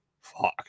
fuck